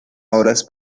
obras